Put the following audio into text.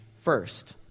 first